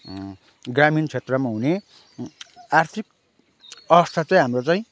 ग्रामीण क्षेत्रमा हुने आर्थिक अवस्था चाहिँ हाम्रो चाहिँ